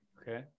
okay